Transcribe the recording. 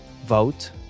vote